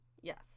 Yes